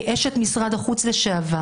כאשת משרד החוץ לשעבר: